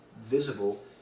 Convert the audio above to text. visible